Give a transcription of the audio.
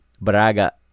Braga